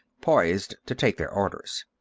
poised to take their orders.